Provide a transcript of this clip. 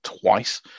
twice